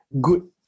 good